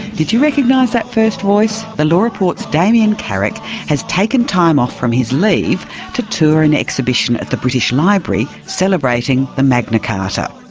did you recognise that first voice? the law report's damian carrick has taken time off from his leave to tour an exhibition at the british library celebrating the magna carta.